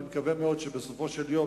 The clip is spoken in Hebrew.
אני מקווה מאוד שבסופו של יום,